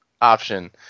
option